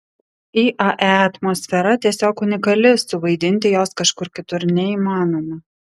iae atmosfera tiesiog unikali suvaidinti jos kažkur kitur neįmanoma